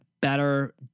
better